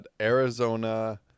arizona